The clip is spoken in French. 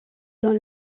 dans